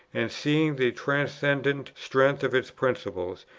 and seeing the transcendent strength of its principles,